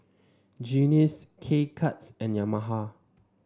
Guinness K Cuts and Yamaha